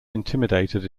intimidated